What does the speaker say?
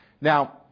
Now